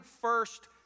first